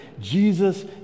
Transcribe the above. Jesus